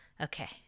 okay